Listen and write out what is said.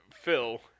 Phil